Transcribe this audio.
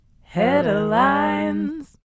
Headlines